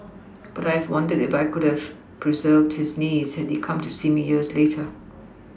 but I have wondered if I could have pReserved his knees had he come to see me years later